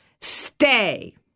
stay